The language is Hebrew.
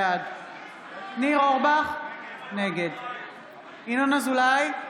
בעד ניר אורבך, נגד ינון אזולאי,